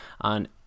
on